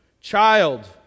child